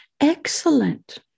Excellent